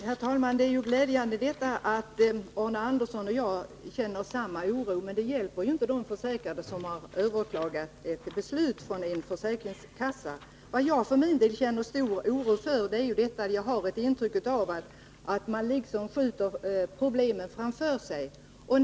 Herr talman! Det är ju glädjande att Arne Andersson i Gustafs och jag känner samma oro, men det hjälper inte de försäkrade som har överklagat ett beslut av en försäkringskassa. Jag har ett intryck av att man på något sätt skjuter problemen framför sig, och det känner jag stor oro över.